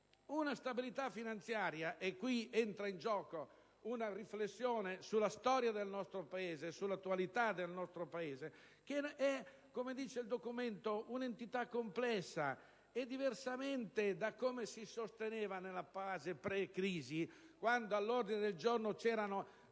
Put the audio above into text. la stabilità finanziaria (e qui entra in gioco una riflessione sulla storia del nostro Paese e sull'attualità del nostro Paese), come dice il documento, è una entità complessa e, diversamente da come si sosteneva nella fase pre-crisi, quando all'ordine del giorno c'era